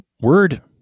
word